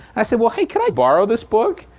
i said well, hey, can i borrow this book?